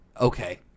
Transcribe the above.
Okay